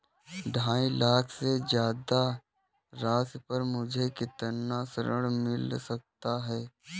ढाई लाख से ज्यादा राशि पर मुझे कितना ऋण मिल सकता है?